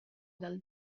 del